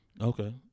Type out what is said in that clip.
Okay